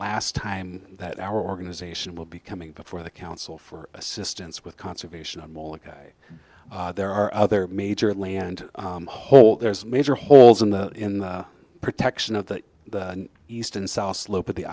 last time that our organization will be coming before the council for assistance with conservation on molik i there are other major land hole there's major holes in the in the protection of the east and south slope of the